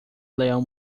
leão